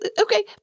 Okay